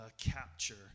capture